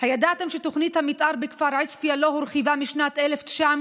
הידעתם שתוכנית המתאר בכפר עוספיא לא הורחבה משנת 1978?